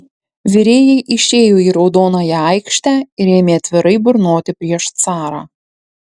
virėjai išėjo į raudonąją aikštę ir ėmė atvirai burnoti prieš carą